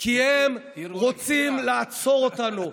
כי הם רוצים לעצור אותנו.